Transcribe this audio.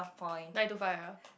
nine to five ya